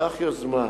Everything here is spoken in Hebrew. קח יוזמה,